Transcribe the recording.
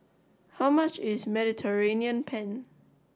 how much is Mediterranean Penne